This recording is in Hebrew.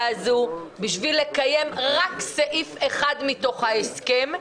הזו בשביל לקיים רק סעיף אחד מתוך ההסכם,